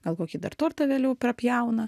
gal kokį dar tortą vėliau prapjauna